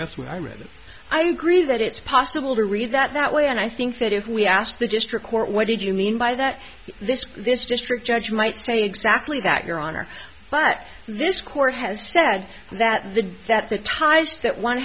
that's when i really i agree that it's possible to read that way and i think that if we asked the district court what did you mean by that this this district judge might say exactly that your honor but this court has said that the that the ties that one